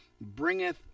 bringeth